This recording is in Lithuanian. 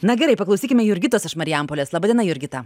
na gerai paklausykime jurgitos iš marijampolės laba diena jurgita